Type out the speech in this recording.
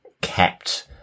kept